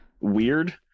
weird